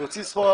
להוציא סחורה,